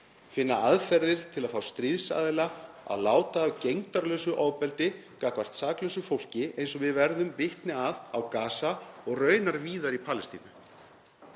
finna aðferðir til að fá stríðsaðila til að láta af gegndarlaust ofbeldi gagnvart saklausu fólki eins og við verðum vitni að á Gaza og raunar víðar í Palestínu.